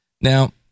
Now